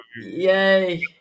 Yay